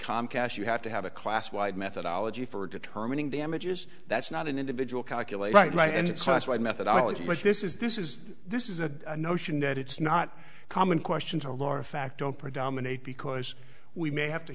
comcast you have to have a class wide methodology for determining damages that's not an individual calculate it right and so that's why the methodology but this is this is this is a notion that it's not common questions or laura facto predominate because we may have to